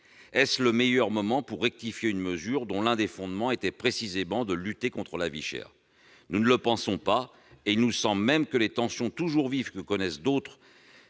est-ce le meilleur moment pour rectifier une mesure dont l'un des fondements était précisément de lutter contre la vie chère ? Nous ne le pensons pas ! Il nous semble même que les tensions toujours vives que connaissent d'autres